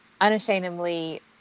unashamedly